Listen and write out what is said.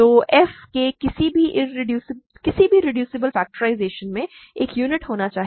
तो f के किसी भी रेड्यूसिबल फेक्टराइज़शन में एक यूनिट होनी चाहिए